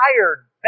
tired